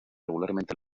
regularmente